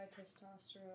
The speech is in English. testosterone